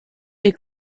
est